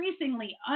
increasingly